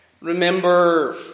Remember